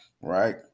Right